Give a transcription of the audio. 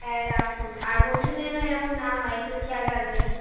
হ্যাঁ রাখুন আর ভবিষ্যতে যেন এরকম না হয় একটু খেয়াল রাখবেন